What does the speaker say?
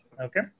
okay